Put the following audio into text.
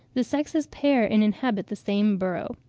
the sexes pair and inhabit the same burrow.